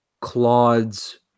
Claude's